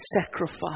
sacrifice